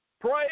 Pray